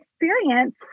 experience